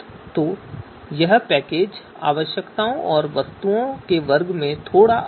तो यह पैकेज आवश्यकताओं और वस्तुओं के वर्ग में थोड़ा अलग है